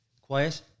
Quiet